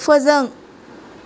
फोजों